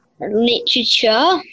literature